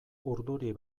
urduri